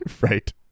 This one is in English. right